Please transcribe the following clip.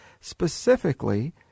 specifically